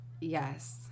yes